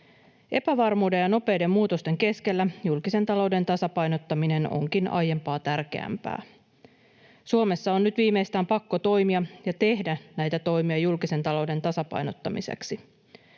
Epävarmuuden ja nopeiden muutosten keskellä julkisen talouden tasapainottaminen onkin aiempaa tärkeämpää. Suomessa on viimeistään nyt pakko toimia ja tehdä näitä toimia julkisen talouden tasapainottamiseksi.